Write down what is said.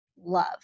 love